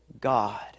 God